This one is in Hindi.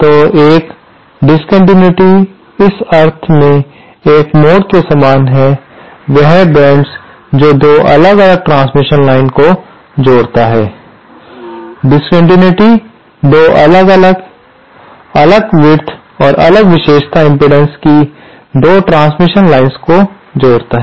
तो एक डीसकंटिनयूटी इस अर्थ में एक मोड़ के समान है वह बेंड्स जो दो अलग ट्रांसमिशन लाइन को जोड़ता है डीसकंटिनयूटी 2 दो अलग तरह अलग विड्थ और अलग विशेषता इम्पीडेन्स की 2 ट्रांसमिशन लाइन्स को जोड़ता है